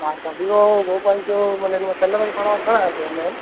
हा छा Vivo mobile जो माने हिन मां कलर पाण घणा अची वेंदा आहिनि